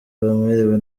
bamerewe